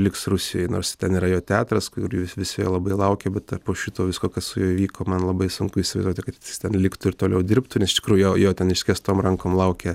liks rusijoj nors ten yra jo teatras kur visi jo labai laukia bet po šito visko kas su juo įvyko man labai sunku įsivaizduoti kad jis ten liktų ir toliau dirbtų nes iš tikrųjų jo jo ten išskėstom rankom laukia